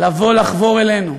לבוא לחבור אלינו,